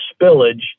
spillage